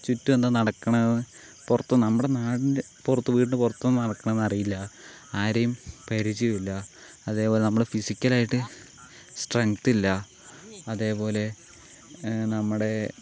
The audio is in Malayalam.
ചുറ്റും എന്താ നടക്കണത് പുറത്തും നമ്മുടെ നാടിന്റെ പുറത്തും നമ്മുടെ വീടിന്റെ പുറത്തൊന്നും നടക്കണതറിയില്ല ആരെയും പരിചയവുമില്ല അതേപോലെ നമ്മൾ ഫിസിക്കലായിട്ട് സ്ട്രെങ്ത്തില്ല അതേപോലെ നമ്മുടെ